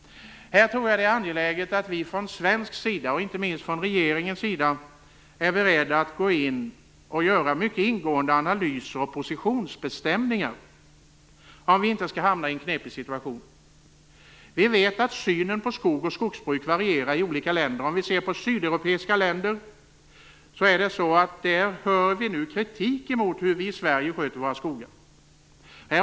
Här tror jag att det är angeläget att vi från svensk sida, inte minst regeringen, är beredda att gå in och göra mycket ingående analyser och positionsbestämningar om vi inte skall hamna i en knepig situation. Vi vet att synen på skog och skogsbruk varierar i olika länder. Vi hör nu kritik från sydeuropeiska länder mot hur vi i Sverige sköter våra skogar.